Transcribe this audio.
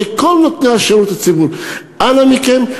לכל נותני השירות הציבורי: אנא מכם,